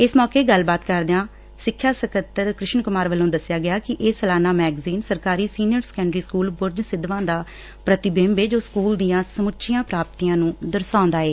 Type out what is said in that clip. ਇਸ ਮੌਕੇ ਗੱਲਬਾਤ ਕਰਦਿਆਂ ਸਿੱਖਿਆ ਸਕੱਤਰ ਕ੍ਰਿਸ਼ਨ ਕੁਮਾਰ ਵੱਲੋ ਦੱਸਿਆ ਗਿਆ ਕਿ ਇਹ ਸਲਾਨਾ ਸੈਗਜ਼ੀਨ ਸਰਕਾਰੀ senior secondary school Burj Sidhwan ਦਾ ਪੂਤੀਬਿੰਬ ਏ ਜੋ ਸਕੁਲ ਦੀਆਂ ਸਮੁੱਚੀਆਂ ਪ੍ਰਾਪਤੀਆਂ ਦਰਸਾਉਂਦਾ ਏ